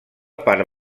part